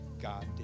God